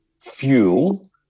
fuel